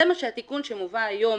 את זה התיקון שמובא היום